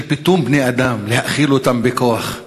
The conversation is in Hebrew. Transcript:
של פיטום בני-אדם, להאכיל אותם בכוח.